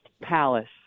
Palace